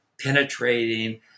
penetrating